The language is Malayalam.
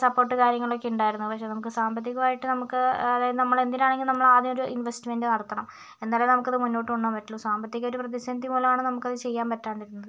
സപ്പോർട്ട് കാര്യങ്ങളൊക്കെ ഉണ്ടായിരുന്നു പക്ഷെ നമുക്ക് സാമ്പത്തികമായിട്ട് നമുക്ക് അതായത് നമ്മളെന്തിനാണെങ്കിലും നമ്മളാദ്യമൊരു ഇൻവെസ്റ്റ്മെൻ്റ് നടത്തണം എന്നാലെ നമുക്കത് മുന്നോട്ട് കൊണ്ടുപോകാൻ പറ്റുള്ളൂ സാമ്പത്തികം ഒരു പ്രതിസന്ധി മൂലമാണ് നമുക്കത് ചെയ്യാൻ പറ്റാണ്ടിരുന്നത്